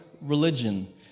religion